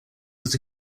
was